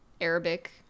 arabic